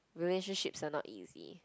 relationships are not easy